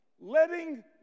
letting